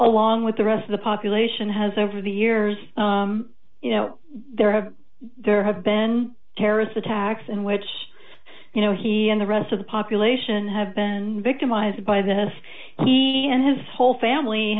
along with the rest of the population has over the years you know there have there have been terrorist attacks in which you know he and the rest of the population have been victimized by this he and his whole family